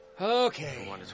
Okay